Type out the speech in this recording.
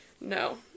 no